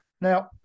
Now